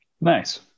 nice